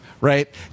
Right